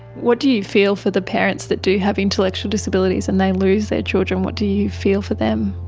what do you feel for the parents that do have intellectual disabilities and they lose their children, what do you feel for them?